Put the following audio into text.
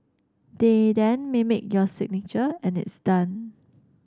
they then mimic your signature and it's done